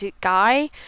guy